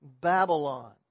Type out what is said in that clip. Babylon